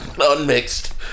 unmixed